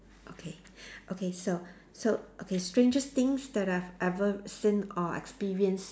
okay okay so so okay strangest things that I've ever seen or experienced